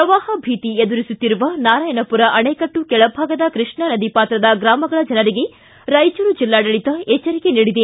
ಪ್ರವಾಹ ಭೀತಿ ಎದುರಿಸುತ್ತಿರುವ ನಾರಾಯಣಪೂರ ಅಣೆಕಟ್ಟು ಕೆಳಭಾಗದ ಕೈಷ್ಣಾ ನದಿ ಪಾತ್ರದ ಗ್ರಾಮಗಳ ಜನರಿಗೆ ರಾಯಚೂರು ಜಿಲ್ಲಾಡಳಿತ ಎಚ್ಚರಿಕೆ ನೀಡಿದೆ